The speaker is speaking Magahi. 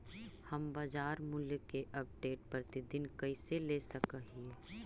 हम बाजार मूल्य के अपडेट, प्रतिदिन कैसे ले सक हिय?